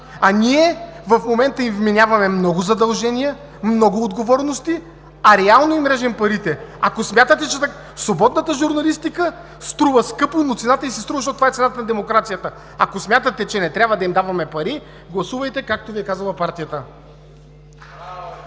Ние в момента им вменяваме много задължения, много отговорности, а реално им режем парите. Свободната журналистика струва скъпо, защото това е цената на демокрацията. Ако смятате, че не трябва да им даваме пари – гласувайте, както Ви е казала партията.